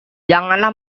janganlah